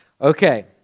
Okay